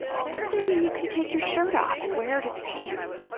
that's like learning and you can take your shirt off and wear it as pants!